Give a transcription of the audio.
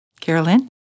Carolyn